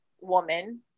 woman